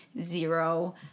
zero